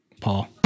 Paul